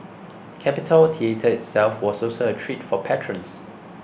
Capitol Theatre itself was also a treat for patrons